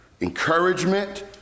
encouragement